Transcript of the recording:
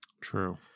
True